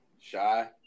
shy